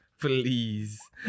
please